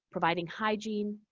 providing hygiene,